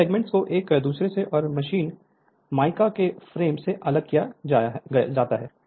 इन segments को एक दूसरे से और मशीन मायका पट्टी के फ्रेम से अलग किया जाता है